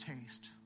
taste